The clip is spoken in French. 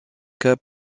cas